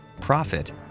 profit